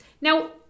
Now